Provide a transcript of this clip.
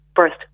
First